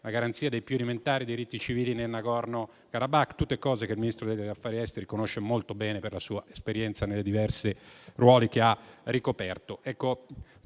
la garanzia dei più elementari diritti civili nel Nagorno Karabakh. Sono tutte cose che il Ministro degli affari esteri conosce molto bene per la sua esperienza nei diversi ruoli che ha ricoperto.